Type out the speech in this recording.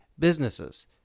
businesses